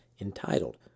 entitled